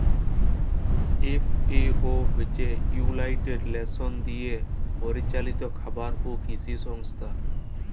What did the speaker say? FAO হছে United Nations দিয়ে পরিচালিত খাবার এবং কিসি সংস্থা